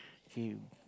him